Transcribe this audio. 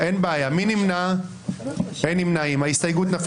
אין ההסתייגות מס' 1 של קבוצת סיעת יש עתיד לא נתקבלה.